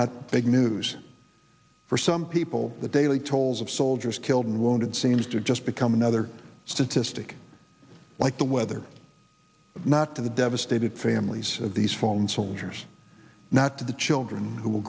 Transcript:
not big news for some people the daily tolls of soldiers killed and wounded seems to just become another statistic like the weather not to the devastated families of these phone soldiers not to the children who will